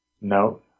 No